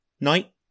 night